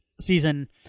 season